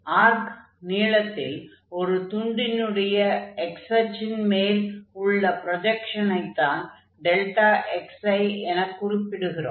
arc நீளத்தில் ஒரு துண்டினுடைய x அச்சின் மேல் உள்ள ப்ரொஜக்ஷனைத்தான் xi எனக் குறிப்பிடுகிறோம்